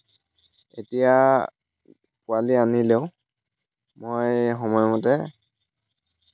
এতিয়া পোৱালী আনিলেও মই সময়মতে